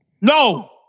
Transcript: No